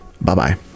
Bye-bye